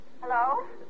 Hello